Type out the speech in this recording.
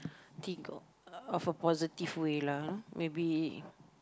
think of a positive way lah maybe